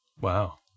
Wow